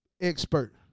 expert